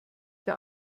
der